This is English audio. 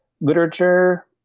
literature